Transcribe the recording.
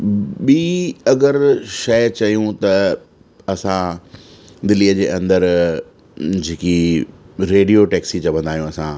ॿी अगरि शइ चयूं त असां दिल्लीअ जे अंदरि जेकी रेडियो टैक्सी चवंदा आहियूं असां